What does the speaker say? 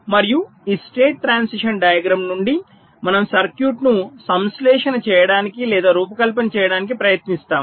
మరియు ఈ state transition diagram నుండి మనము సర్క్యూట్ను సంశ్లేషణ చేయడానికి లేదా రూపకల్పన చేయడానికి ప్రయత్నిస్తాము